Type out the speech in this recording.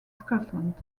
scotland